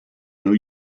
new